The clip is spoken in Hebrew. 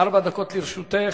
ארבע דקות לרשותך.